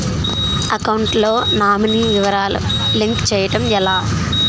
Account లో nominee వివరాలు link చేయటం ఎలా?